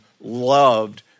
loved